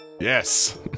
Yes